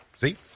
See